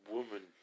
Woman